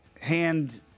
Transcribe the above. hand